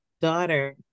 daughter